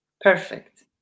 Perfect